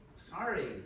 sorry